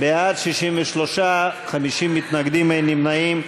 בעד, 63, 50 מתנגדים, אין נמנעים.